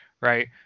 right